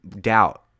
doubt